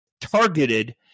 targeted